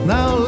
Now